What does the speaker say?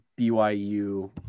BYU